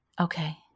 Okay